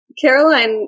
Caroline